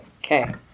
Okay